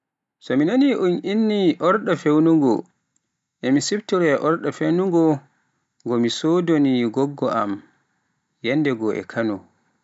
So ni un inni ordo feewinugo, e mi siftoroya ordo feewinugo ngo mi soodo ni Goggo am yanndegoo e Kano.